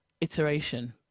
iteration